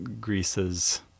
Greece's